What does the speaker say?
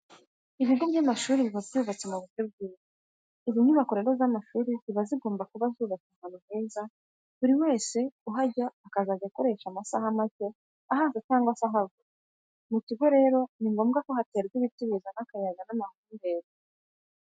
Ibigo by'amashuri biba byubatse mu buryo bwiza. Izi nyubako rero z'amashuri ziba zigomba kuba zubatse ahantu heza buri wese uhaza azajya akoresha amasaha make ahaza cyangwa se ahava. Mu kigo rero ni ngombwa ko haterwa ibiti bizana akayaga n'amahumbezi.